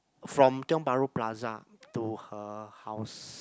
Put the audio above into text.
from Tiong-Bahru Plaza to her house